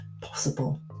possible